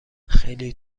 خیلی